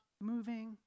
moving